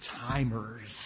Timers